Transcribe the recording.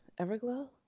Everglow